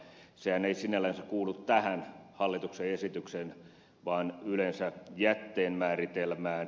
sehän ei sinällänsä kuulu tähän hallituksen esitykseen vaan yleensä jätteen määritelmään